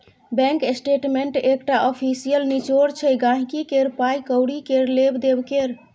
bank statement एकटा official निचोड़ छै गांहिकी केर पाइ कौड़ी केर लेब देब केर